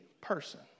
person